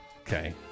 Okay